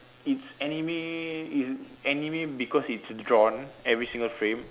it's anime is anime because it's drawn every single frame